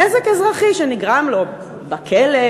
נזק אזרחי שנגרם לו בכלא,